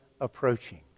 approaching